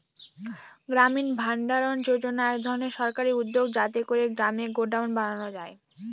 গ্রামীণ ভাণ্ডারণ যোজনা এক ধরনের সরকারি উদ্যোগ যাতে করে গ্রামে গডাউন বানানো যায়